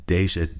Deze